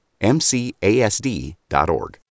MCASD.org